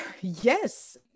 yes